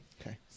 Okay